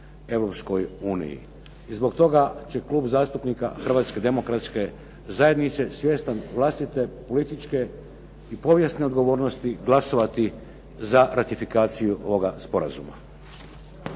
Europskoj uniji. I zbog toga će Klub zastupnika Hrvatske demokratske zajednice, svjestan vlastite političke i povijesne odgovornosti glasovati za ratifikaciju ovoga sporazuma.